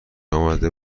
آمده